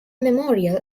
memorial